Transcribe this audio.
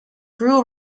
grew